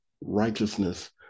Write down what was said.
righteousness